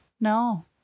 No